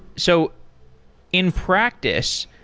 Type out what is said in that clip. so in practice,